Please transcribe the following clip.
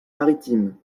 maritimes